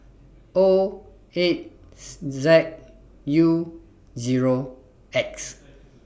O eight Z U Zero X